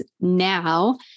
now